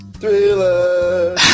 thriller